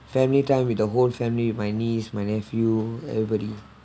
family time with the whole family my niece my nephew everybody